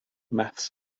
maths